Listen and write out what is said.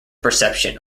perception